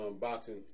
boxing